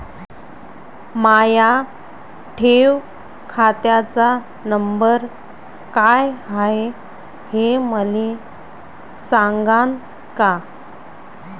माया ठेव खात्याचा नंबर काय हाय हे मले सांगान का?